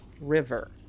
river